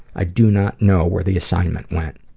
i do not know where the assignment went.